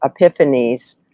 epiphanies